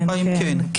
כן.